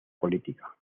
política